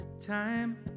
time